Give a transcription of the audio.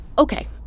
Okay